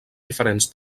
diferents